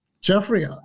Jeffrey